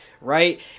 right